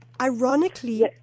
ironically